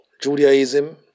Judaism